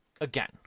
again